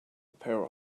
pair